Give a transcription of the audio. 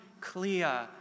clear